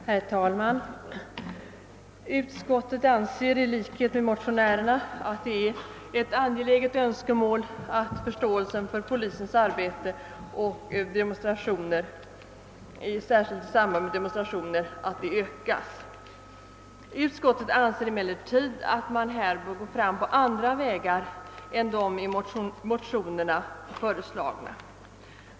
Herr talman! Utskottet anser i likhet med motionärerna att det är ett angeläget önskemål att förståelsen för polisens arbete, särskilt i samband med demonstrationer, ökas. Utskottet anser emellertid att man bör gå fram på andra vägar än de i motionerna förordade.